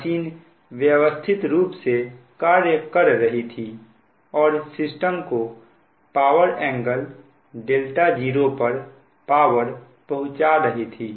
machine व्यवस्थित रुप से कार्य कर रही थी और सिस्टम को पावर एंगल δ0 पर पावर पहुंचा रही थी